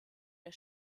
der